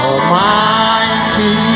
Almighty